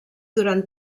durant